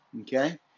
okay